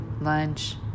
lunch